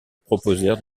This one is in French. proposèrent